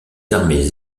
armées